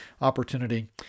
opportunity